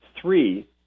three